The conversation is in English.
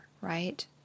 right